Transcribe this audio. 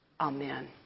Amen